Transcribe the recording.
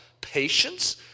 Patience